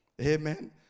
Amen